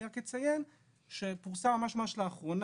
אני רק אציין שפורסם ממש לאחרונה,